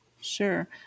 Sure